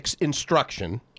instruction